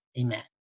Amen